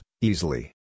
easily